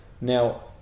Now